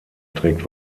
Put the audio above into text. trägt